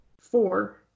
Four